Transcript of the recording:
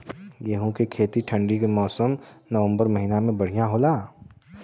गेहूँ के खेती ठंण्डी के मौसम नवम्बर महीना में बढ़ियां होला?